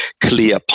clear